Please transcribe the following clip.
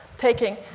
taking